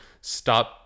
Stop